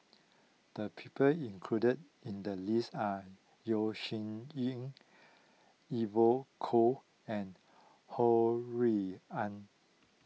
the people included in the list are Yeo Shih Yun Evon Kow and Ho Rui An